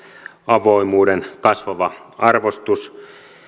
avoimuuden kasvava arvostus